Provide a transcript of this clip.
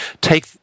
take